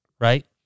right